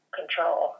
control